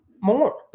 more